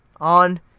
on